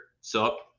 sup